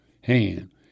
hand